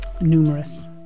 numerous